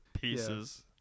pieces